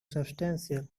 substantial